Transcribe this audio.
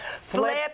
Flip